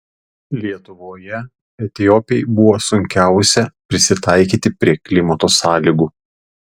lietuvoje etiopei buvo sunkiausia prisitaikyti prie klimato sąlygų